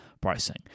pricing